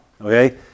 Okay